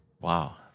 Wow